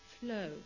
flow